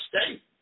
state